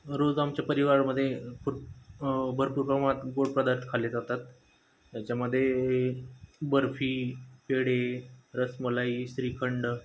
रोज आमच्या परिवारमध्ये खूप भरपूर प्रमाणात गोड पदार्थ खाल्ले जातात याच्यामध्ये बर्फी पेढे रसमलाई श्रीखंड